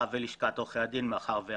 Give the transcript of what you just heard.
וביחד עם אדווה